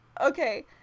Okay